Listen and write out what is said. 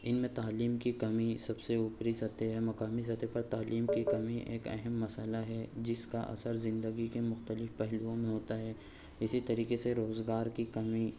ان میں تعلیم کی کمی سب سے اوپری سطح ہے مقامى سطح پر تعلیم کی كمى ايک اہم مسئلہ ہے جس كا اثر زندگى كے مختلف پہلوؤں ميں ہوتا ہے اسى طريقے سے روزگار کی کمی